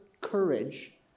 Courage